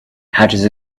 patches